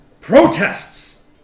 protests